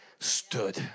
stood